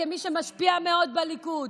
כמי שמשפיע מאוד בליכוד.